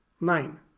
Nine